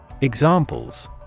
Examples